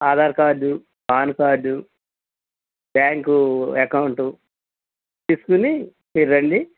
Aadhaar card PAN card bank account తీసుకుని మీరు రండి